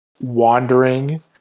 wandering